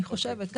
אני חושבת.